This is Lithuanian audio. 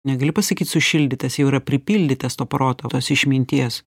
negali pasakyt sušildytas jau yra pripildytas to proto tos išminties